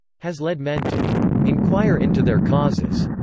has led men to enquire into their causes,